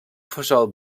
fesol